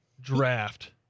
draft